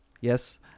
Yes